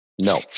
No